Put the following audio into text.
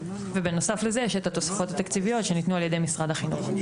ובנוסף לזה יש את התוספות התקציביות שניתנו על ידי משרד החינוך.